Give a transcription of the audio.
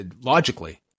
logically